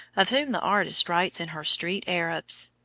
of whom the artist writes in her street arabs.